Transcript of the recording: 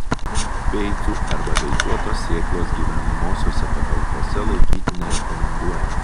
beicų arba beicuotos sėklos gyvenamosiose patalpose laikyti nerekomenduojama